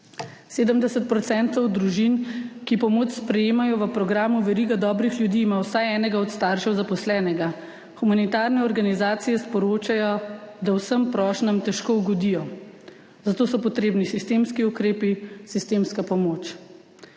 70 % družin, ki pomoč sprejemajo v programu Veriga dobrih ljudi, ima vsaj enega od staršev zaposlenega. Humanitarne organizacije sporočajo, da vsem prošnjam težko ugodijo, zato so potrebni sistemski ukrepi, sistemska pomoč.